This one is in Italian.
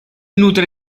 nutre